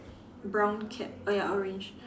brown cap oh ya orange